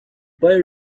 boy